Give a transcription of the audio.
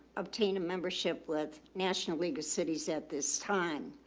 obtained a membership with national league of cities at this time.